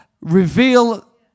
reveal